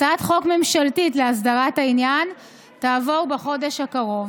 הצעת חוק ממשלתית להסדרת העניין תעבור בחודש הקרוב.